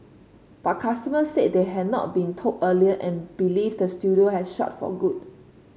but customers said they had not been told earlier and believe the studio has shut for good